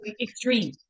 extreme